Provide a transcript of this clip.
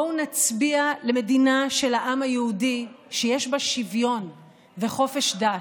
בואו נצביע למדינה של העם היהודי שיש בה שוויון וחופש דת.